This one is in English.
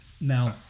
Now